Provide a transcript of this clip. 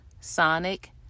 sonic